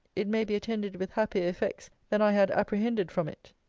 it may be attended with happier effects than i had apprehended from it.